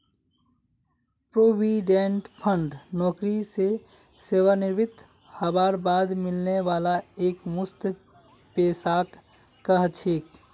provident fund नौकरी स सेवानृवित हबार बाद मिलने वाला एकमुश्त पैसाक कह छेक